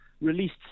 released